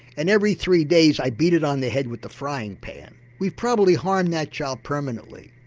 and every three days i beat it on the head with the frying pan, we've probably harmed that child permanently,